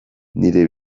nire